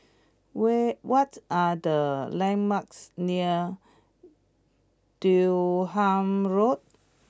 where what are the landmarks near Durham Road